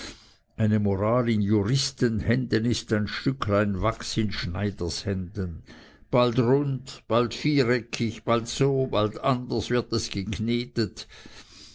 eine moral in juristenhänden ist ein stücklein wachs in schneidershänden bald rund bald viereckig bald so bald anders wird es geknetet